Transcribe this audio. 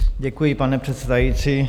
Děkuji, pane předsedající.